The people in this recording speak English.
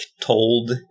told